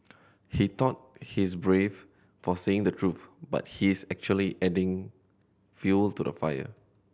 he thought he's brave for saying the truth but he's actually adding fuel to the fire